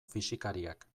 fisikariak